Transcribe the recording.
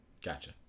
Gotcha